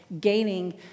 gaining